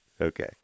Okay